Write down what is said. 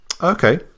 okay